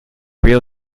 real